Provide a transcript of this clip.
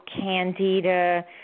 candida